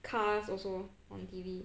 cars also on T_V